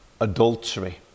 adultery